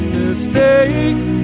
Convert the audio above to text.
mistakes